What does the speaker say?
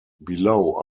below